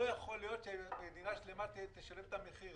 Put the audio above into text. לא יכול להיות שמדינה שלמה תשלם את המחיר.